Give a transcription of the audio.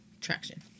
traction